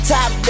Top